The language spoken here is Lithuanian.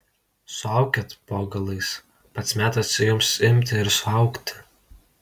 suaukit po galais pats metas jums imti ir suaugti